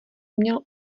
měl